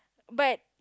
but